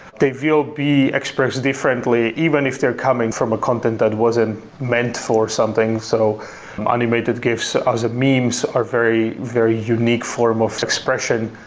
they will be expressed differently even if they're coming from a content that wasn't meant for something, so animated gifs as memes are very very unique form of expression.